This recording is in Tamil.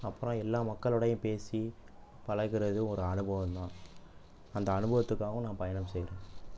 அப்புறம் எல்லா மக்களோடையும் பேசி பழகுறது ஒரு அனுபவம் தான் அந்த அனுபவத்துக்காகவும் நான் பயணம் செய்கிறேன்